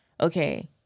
okay